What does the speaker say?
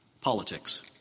politics